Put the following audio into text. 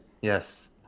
yes